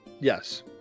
Yes